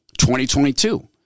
2022